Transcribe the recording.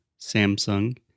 Samsung